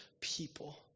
people